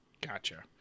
Gotcha